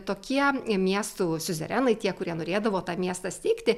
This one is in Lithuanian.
tokie miestų siuzerenai tie kurie norėdavo tą miestą steigti